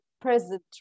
present